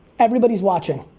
everybody's watching.